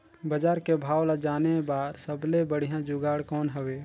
बजार के भाव ला जाने बार सबले बढ़िया जुगाड़ कौन हवय?